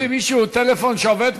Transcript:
יש למישהו טלפון שעובד פה?